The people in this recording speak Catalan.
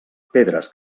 pedres